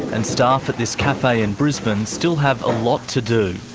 and staff at this cafe in brisbane still have a lot to do.